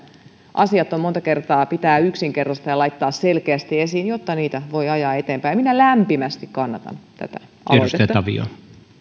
asiat monta kertaa pitää yksinkertaistaa ja laittaa selkeästi esiin jotta niitä voi ajaa eteenpäin minä lämpimästi kannatan tätä aloitetta arvoisa puhemies